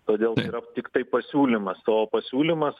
todėl tai yra tiktai pasiūlymas o pasiūlymas